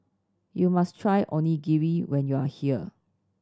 you must try Onigiri when you are here